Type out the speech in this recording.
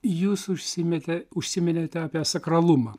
jūs užsimėte užsiminėte apie sakralumą